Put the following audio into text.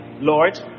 Lord